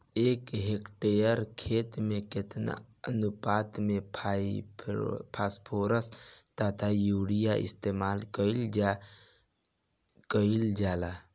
एक हेक्टयर खेत में केतना अनुपात में फासफोरस तथा यूरीया इस्तेमाल कईल जाला कईल जाला?